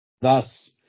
Thus